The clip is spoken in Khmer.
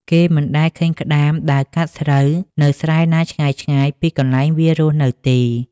គេមិនដែលឃើញក្ដាមដើរកាត់ស្រូវនៅស្រែណាឆ្ងាយៗពីកន្លែងវារស់នៅទេ ។